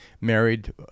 married